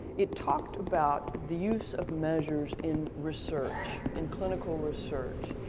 it talked about the use of measures in research, in clinical research.